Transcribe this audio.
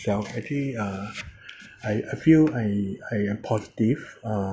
actually uh I I feel I I am positive uh